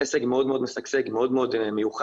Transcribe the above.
עסק מאוד מאוד משגשג ומאוד מאוד מיוחד,